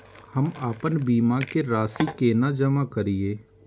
हम आपन बीमा के राशि केना जमा करिए?